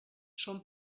són